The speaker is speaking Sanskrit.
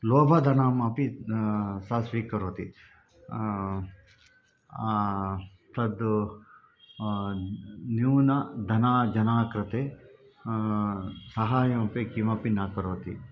लोभधनम् अपि सा स्वीकरोति तद् न्यूनधन जनानां कृते सहाय्यमपि किमपि न करोति